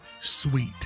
sweet